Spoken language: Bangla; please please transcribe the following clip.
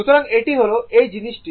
সুতরাং এটি হল এই জিনিসটি